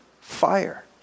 fire